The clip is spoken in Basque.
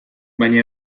baina